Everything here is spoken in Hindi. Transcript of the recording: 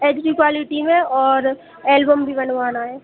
एच डी क्वालिटी में और एल्बम भी बनवाना है